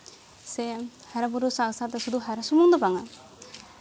ᱥᱮ ᱦᱟᱨᱟ ᱵᱩᱨᱩ ᱥᱟᱶ ᱥᱟᱶᱛᱮ ᱥᱩᱫᱷᱩ ᱦᱟᱨᱟ ᱥᱩᱢᱩᱱ ᱫᱚ ᱵᱟᱝᱼᱟ